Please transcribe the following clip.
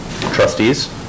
Trustees